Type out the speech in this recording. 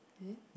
eh